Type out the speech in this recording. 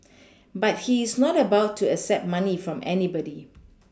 but he is not about to accept money from anybody